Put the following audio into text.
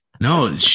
No